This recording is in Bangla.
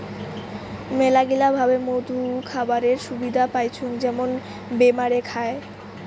মেলাগিলা ভাবে মধু খাবারের সুবিধা পাইচুঙ যেমন বেমারে খায়